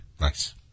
Nice